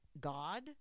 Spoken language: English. God